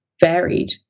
varied